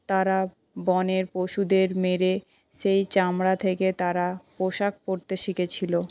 তারা বনের পশুদের মেরে সেই চামড়া থেকে তারা পোশাক পড়তে শিখেছিল